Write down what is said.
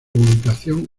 ubicación